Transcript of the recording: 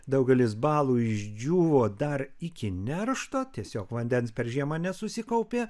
daugelis balų išdžiūvo dar iki neršto tiesiog vandens per žiemą nesusikaupė